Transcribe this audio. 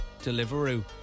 Deliveroo